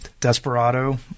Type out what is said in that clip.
desperado